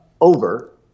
over